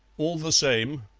all the same,